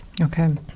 Okay